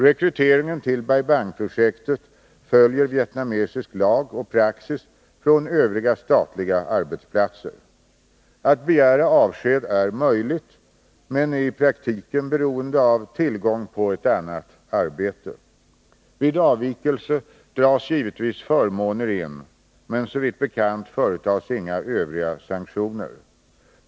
Rekryteringen till Bai Bangprojektet följer vietnamesisk lag och praxis från övriga statliga arbetsplatser. Att begära avsked är möjligt men är i praktiken beroende av tillgång på ett annat arbete. Vid avvikelse dras givetvis förmåner in, men såvitt bekant företas inga övriga sanktioner.